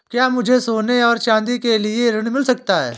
क्या मुझे सोने और चाँदी के लिए ऋण मिल सकता है?